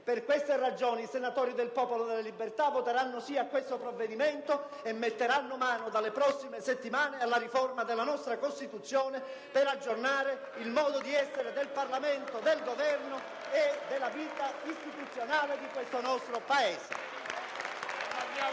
Per queste ragioni, i senatori del Popolo della Libertà voteranno a favore di questo provvedimento e metteranno mano dalle prossime settimane alla riforma della nostra Costituzione per aggiornare il modo di essere del Parlamento, del Governo e della vita istituzionale di questo nostro Paese.